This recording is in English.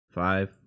Five